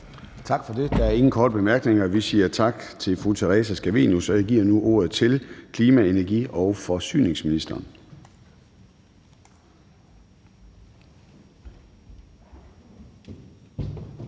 Tak for det. Der er ingen korte bemærkninger. Vi siger tak til fru Theresa Scavenius, og jeg giver nu ordet til klima-, energi- og forsyningsministeren.